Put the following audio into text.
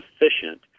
efficient